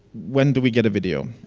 when do we get a video?